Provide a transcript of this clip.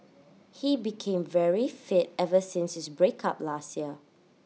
he became very fit ever since his break up last year